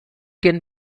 can